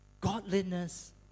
Godliness